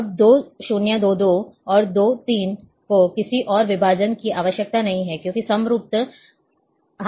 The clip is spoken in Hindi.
अब 2 0 2 2 और 2 3 को किसी और विभाजन की आवश्यकता नहीं है क्योंकि समरूपता हासिल की गई है